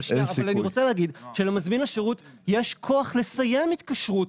אבל אני רוצה להגיד שלמזמין השירות יש כוח לסיים התקשרות,